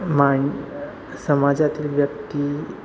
माण समाजातली व्यक्ती